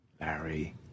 Larry